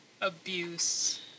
abuse